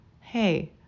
hey